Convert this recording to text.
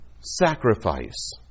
sacrifice